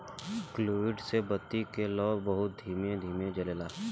fluid से बत्ती के लौं बहुत ही धीमे धीमे जलता